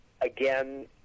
Again